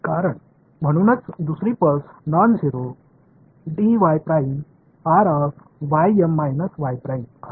ஏனென்றால் அதனால்தான் இரண்டாவது பல்ஸ் பூஜ்ஜியமற்ற